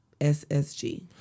SSG